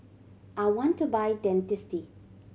I want to buy Dentiste